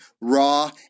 Raw